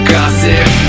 Gossip